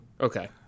Okay